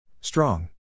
Strong